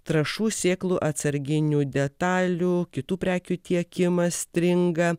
trąšų sėklų atsarginių detalių kitų prekių tiekimas stringa